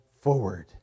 forward